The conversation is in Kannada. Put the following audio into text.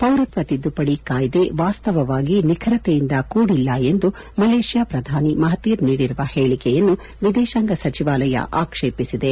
ಪೌರತ್ತ ತಿದ್ದುಪಡಿ ಕಾಯ್ಲೆ ವಾಸ್ತವವಾಗಿ ನಿಖರತೆಯಿಂದ ಕೂಡಿಲ್ಲ ಎಂದು ಮಲೇಷ್ಯಾ ಪ್ರಧಾನಿ ಮಹತೀರ್ ನೀಡಿರುವ ಹೇಳಿಕೆಯನ್ನು ವಿದೇಶಾಂಗ ಸಚಿವಾಲಯ ಆಕ್ಷೇಪಿಸಿದೆ